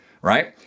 right